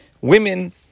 Women